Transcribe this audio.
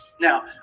Now